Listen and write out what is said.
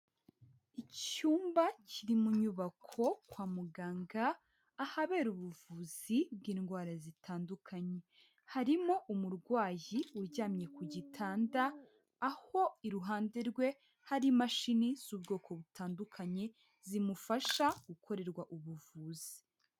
Icyumba kiri mu nyubako kwa muganga, ahabera ubuvuzi bw'indwara zitandukanye. Harimo umurwayi uryamye ku gitanda, aho iruhande rwe hari imashini z'ubwoko butandukanye, zimufasha gukorerwa ubuvuzi.